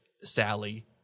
Sally